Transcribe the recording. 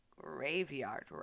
Graveyard